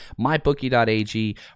MyBookie.ag